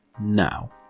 now